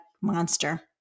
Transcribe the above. monster